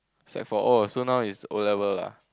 sec four oh so now it's O-level lah